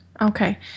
Okay